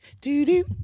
do-do